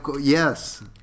Yes